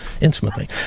intimately